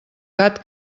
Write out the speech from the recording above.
gat